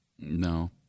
No